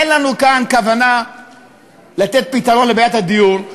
אין לנו כאן כוונה לתת פתרון לבעיית הדיור,